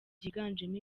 byiganjemo